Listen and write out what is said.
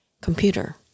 computer